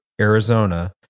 Arizona